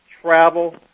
travel